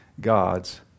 God's